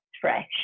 fresh